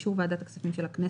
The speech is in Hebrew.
ובאישור ועדת הכספים של הכנסת,